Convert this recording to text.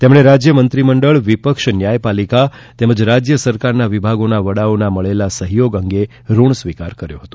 તેમણે રાજ્ય મંત્રીમંડળ વિપક્ષ ન્યાયપાલિકા તેમજ રાજય સરકારના વિભાગોના વડાઓના મળેલા સહયોગ અંગે ઋણસ્વીકાર કર્યો હતો